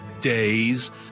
days